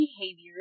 behaviors